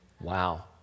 Wow